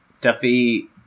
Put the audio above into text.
Duffy